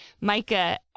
Micah